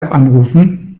anrufen